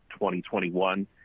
2021